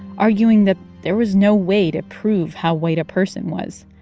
arguing that there was no way to prove how white a person was.